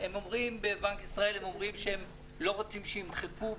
בבנק ישראל אומרים שהם לא רוצים שימחקו,